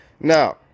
now